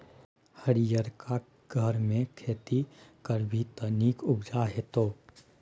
हरियरका घरमे खेती करभी त नीक उपजा हेतौ